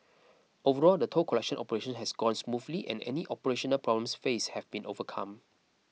overall the toll collection operation has gone smoothly and any operational problems faced have been overcome